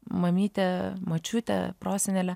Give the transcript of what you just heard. mamytę močiutę prosenelę